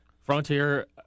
Frontier